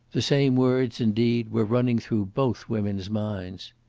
the same words, indeed, were running through both women's minds.